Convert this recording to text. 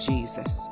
Jesus